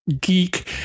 geek